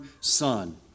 son